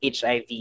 HIV